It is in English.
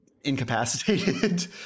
incapacitated